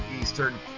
Eastern